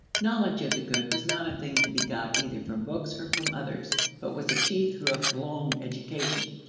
knowledge of the good was not a thing to be got either from books or from others, but was achieved through a prolonged education.